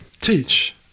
teach